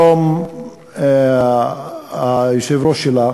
היושב-ראש שלה